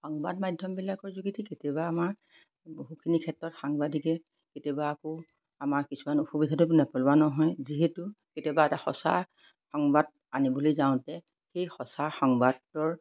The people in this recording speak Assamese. সংবাদ মাধ্যমবিলাকৰ যোগেদি কেতিয়াবা আমাৰ বহুখিনি ক্ষেত্ৰত সাংবাদিকে কেতিয়াবা আকৌ আমাৰ কিছুমান অসুবিধাটো নেপেলোৱা নহয় যিহেতু কেতিয়াবা এটা সঁচা সংবাদ আনিবলৈ যাওঁতে সেই সঁচা সংবাদৰ